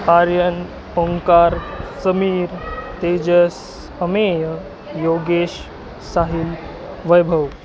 Aryan Omkar Sameer Tejas Amey Yogesh Sahil Vaibhav